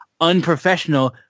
Unprofessional